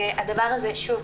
שוב,